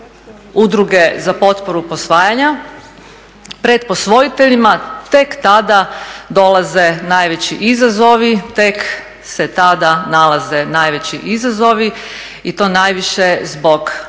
Udruge za potporu posvajanja pred posvojiteljima tek tada dolaze najveći izazovi, tek se tada nalaze najveći izazovi i to najviše zbog predrasuda